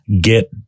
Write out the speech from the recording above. get